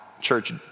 church